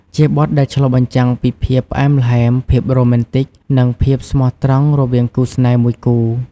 ជាបទដែលឆ្លុះបញ្ចាំងពីភាពផ្អែមល្ហែម ភាពរ៉ូមែនទិក និងភាពស្មោះត្រង់រវាងគូស្នេហ៍មួយគូ។